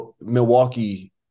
Milwaukee